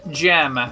gem